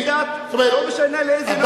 לא משנה לאיזה לאום, לא משנה.